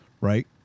Right